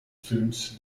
films